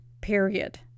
period